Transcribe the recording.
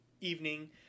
evening